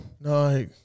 No